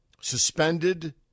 suspended